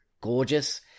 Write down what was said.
gorgeous